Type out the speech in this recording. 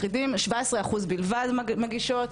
שבע עשרה אחוז בלבד מגישות,